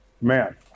man